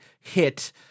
hit